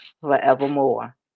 forevermore